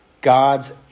God's